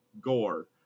gore